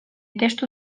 testu